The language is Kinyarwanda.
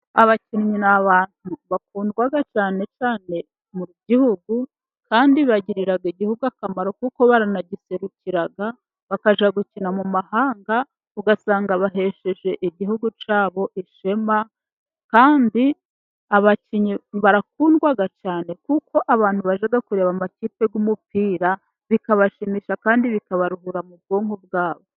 Abakinnyi ni abantu bakundwa cyane cyane mu gihugu, kandi bagirira igihugu akamaro, kuko baranagiserukira, bakajya gukina mu mahanga ugasanga bahesheje igihugu cyabo ishema, kandi aba barakundwa cyane kuko abantu bajya kureba amakipe y'umupira, bikabashimisha kandi bikabaruhura mu bwonko bwa bo.